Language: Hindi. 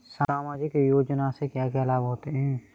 सामाजिक योजना से क्या क्या लाभ होते हैं?